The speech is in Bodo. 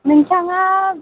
नोंसोरहा